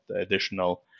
additional